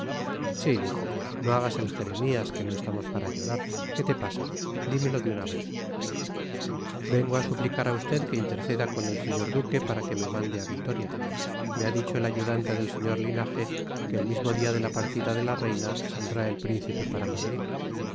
sí hijo no hagas el jeremías que no estamos para llorar qué te pasa dímelo de una vez vengo a suplicar a usted que interceda con el señor duque para que me mande a vitoria me ha dicho el ayudante del sr linaje que el mismo día de la partida de la reina saldrá el príncipe para madrid